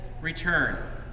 return